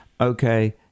Okay